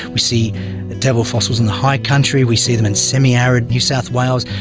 we see devil fossils in the high country, we see them in semi-arid new south wales.